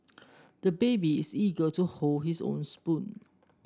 the baby is eager to hold his own spoon